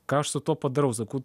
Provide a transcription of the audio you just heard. ką aš su tuo padarau sakau